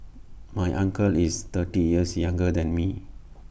my uncle is thirty years younger than me